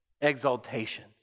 exaltation